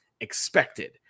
expected